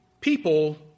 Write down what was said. people